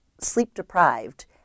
sleep-deprived